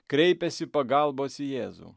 kreipiasi pagalbos į jėzų